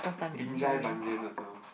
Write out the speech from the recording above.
Binjai-Banyan also